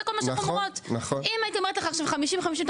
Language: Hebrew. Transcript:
אם הייתי אומרת לך עכשיו 50-50,